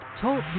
Talk